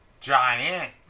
Giant